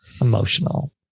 Emotional